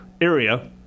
area